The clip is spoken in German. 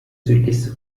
südlichste